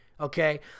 okay